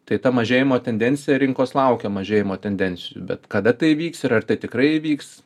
tai ta mažėjimo tendencija rinkos laukia mažėjimo tendencijų bet kada tai įvyks ir ar tai tikrai įvyks